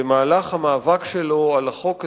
במהלך המאבק שלו על החוק הזה,